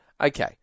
Okay